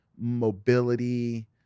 mobility